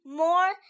more